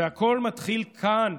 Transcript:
והכול מתחיל כאן,